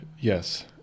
yes